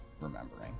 remembering